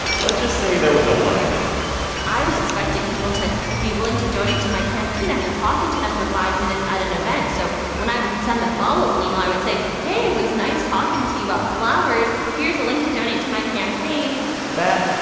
let's just say there was a learning curve i was expecting people to be willing to donate to my campaign after talking to them for five minutes at an event. so when i would send the follow up email, i would say, hey, it was nice talking to you about flowers. here's a link to donate to my campaign that,